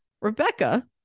Rebecca